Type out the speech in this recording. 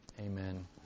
Amen